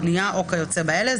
בנייה או כיוצא באלה,